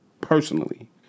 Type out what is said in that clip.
Personally